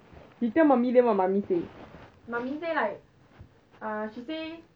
you tell mummy then what mummy say